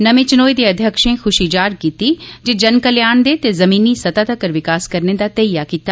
नमें चनोए दे अध्यक्षें खूशी जाहर कीती ते जन कल्याण दे ते जमीनी सतह तक्कर विकार करने दा धैइया कीता